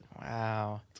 Wow